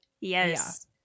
yes